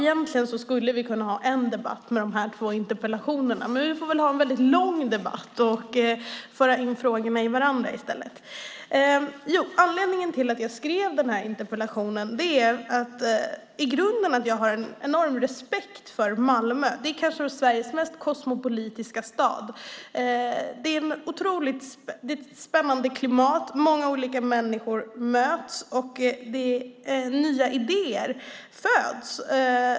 Fru talman! Anledningen till att jag skrev den här interpellationen var att jag i grunden har en enorm respekt för Malmö. Det är kanske Sveriges mest kosmopolitiska stad. Det är ett spännande klimat där många olika människor möts och nya idéer föds.